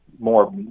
more